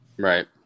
Right